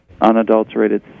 unadulterated